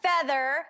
feather